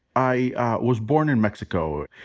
i was born in mexico.